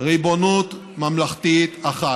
ריבונות ממלכתית אחת,